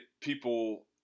people